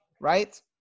right